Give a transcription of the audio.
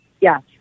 yes